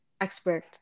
expert